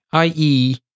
ie